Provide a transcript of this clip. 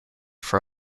for